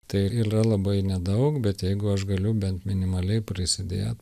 tai yra labai nedaug bet jeigu aš galiu bent minimaliai prisidėt